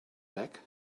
back